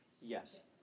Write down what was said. Yes